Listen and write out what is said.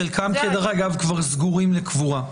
חלקם סגורים לקבורה.